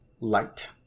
light